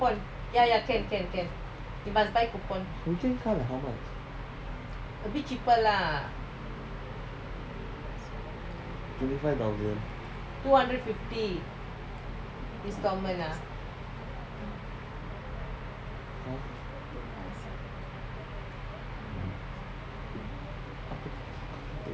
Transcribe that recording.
weekend car is how much twenty five thousand